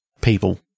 people